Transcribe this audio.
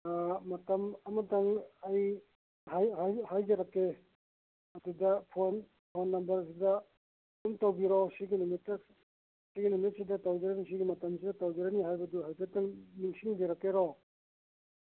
ꯑꯥ ꯃꯇꯝ ꯑꯃꯇꯪ ꯑꯩ ꯍꯥꯏꯖꯔꯛꯀꯦ ꯑꯗꯨꯗ ꯐꯣꯟ ꯐꯣꯟ ꯅꯝꯕꯔꯁꯤꯗ ꯁꯨꯝ ꯇꯧꯕꯤꯔꯛꯑꯣ ꯁꯤꯒꯤ ꯅꯨꯃꯤꯠꯇ ꯁꯤꯒꯤ ꯅꯨꯃꯤꯠꯁꯤꯗ ꯇꯧꯖꯒꯅꯤ ꯁꯤꯒꯤ ꯃꯇꯝ ꯁꯤꯗ ꯇꯧꯖꯒꯅꯤ ꯍꯥꯏꯕꯗꯨ ꯍꯥꯏꯐꯦꯠꯇꯪ ꯅꯤꯡꯁꯤꯡꯕꯤꯔꯛꯀꯦꯔꯣ